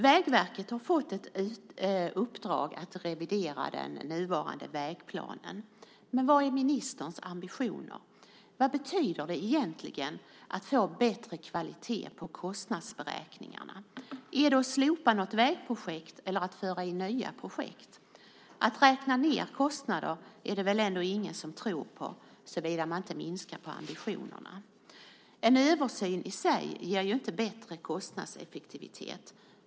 Vägverket har fått i uppdrag att revidera den nuvarande vägplanen, men vad är ministerns ambitioner? Vad betyder det egentligen att få "bättre kvalitet på kostnadsberäkningarna"? Är det att slopa något vägprojekt eller att föra in nya projekt? Att räkna ned kostnader är det väl ändå ingen som tror på, såvida man inte minskar på ambitionerna. En översyn i sig ger ju inte bättre kostnadseffektivitet.